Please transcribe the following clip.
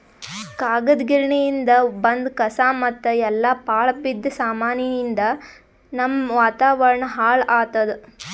ಕಾಗದ್ ಗಿರಣಿಯಿಂದ್ ಬಂದ್ ಕಸಾ ಮತ್ತ್ ಎಲ್ಲಾ ಪಾಳ್ ಬಿದ್ದ ಸಾಮಾನಿಯಿಂದ್ ನಮ್ಮ್ ವಾತಾವರಣ್ ಹಾಳ್ ಆತ್ತದ